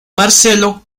marcelo